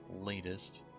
latest